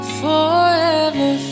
forever